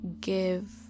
give